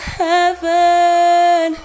heaven